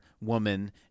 woman